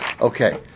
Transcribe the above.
Okay